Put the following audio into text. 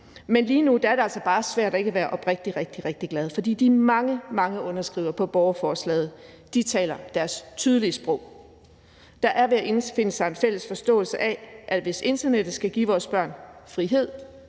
Men lige nu er det altså bare svært ikke at være oprigtigt rigtig, rigtig glad. For de mange, mange underskrifter på borgerforslaget taler deres tydelige sprog. Der er ved at indfinde sig en fælles forståelse af, at hvis internettet skal give vores børn frihed,